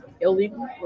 illegal